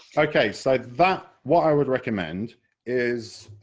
ok, so that what i would recommend is,